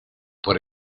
por